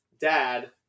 dad